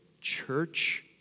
church